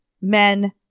men